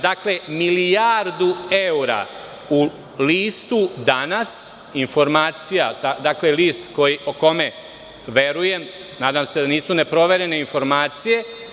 Dakle, milijardu evra u listu „Danas“ informacija, list kome verujem, nadam se da nisu neproverene informacije.